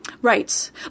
Right